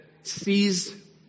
sees